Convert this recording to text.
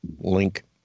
link